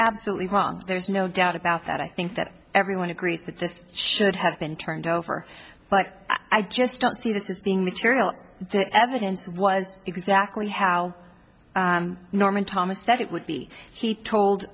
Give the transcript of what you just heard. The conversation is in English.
absolutely wrong there's no doubt about that i think that everyone agrees that this should have been turned over but i just don't see this as being material evidence was exactly how norman thomas said it would be he told